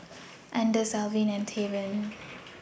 Anders Alvin and Tavon